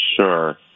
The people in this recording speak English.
Sure